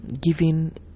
giving